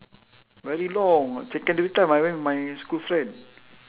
very long secondary time I went with my school friend